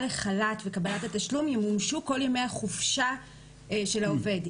לחל"ת וקבלת התשלום ימומשו כל ימי החופשה של העובד.